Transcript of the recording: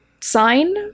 sign